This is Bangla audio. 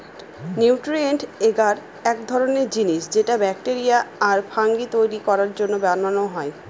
নিউট্রিয়েন্ট এগার এক ধরনের জিনিস যেটা ব্যাকটেরিয়া আর ফাঙ্গি তৈরী করার জন্য বানানো হয়